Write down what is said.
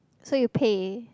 so you pay